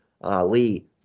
Lee